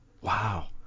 Wow